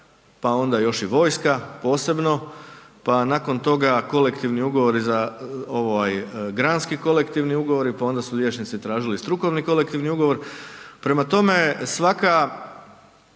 pa onda još i vojska posebno, pa nakon toga Kolektivni ugovori za, ovaj grantski kolektivni ugovori, pa onda su liječnici tražili strukovni kolektivni ugovor, prema tome svaka,